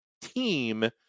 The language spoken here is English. team